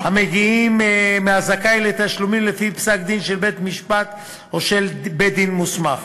המגיעים מהזכאי לתשלומים לפי פסק-דין של בית-משפט או של בית-דין מוסמך.